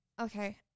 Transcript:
Okay